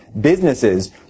businesses